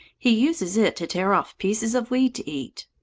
he uses it to tear off pieces of weed to eat.